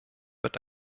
wird